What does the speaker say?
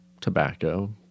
tobacco